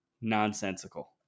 nonsensical